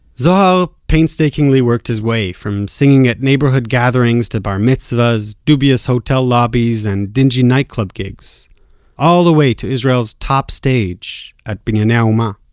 zohar so painstakingly worked his way from singing at neighborhood gatherings, to bar mitzvahs, dubious hotel lobbies and dingy nightclub gigs all the way to israel's top stage at binyanei ha'uma.